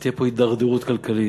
ותהיה פה הידרדרות כלכלית.